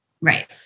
Right